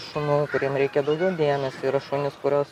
šunų kuriem reikia daugiau dėmesio yra šunys kuriuos